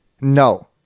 No